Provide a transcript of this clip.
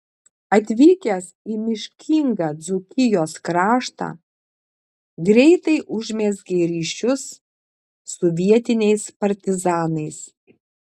atvykęs į miškingą dzūkijos kraštą greitai užmezgė ryšius su vietiniais partizanais